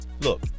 look